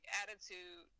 attitude